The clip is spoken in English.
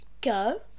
go